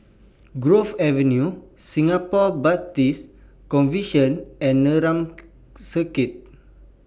Grove Avenue Singapore Baptist Convention and Neram Crescent